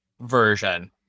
Version